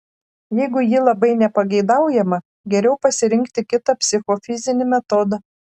jeigu ji labai nepageidaujama geriau pasirinkti kitą psichofizinį metodą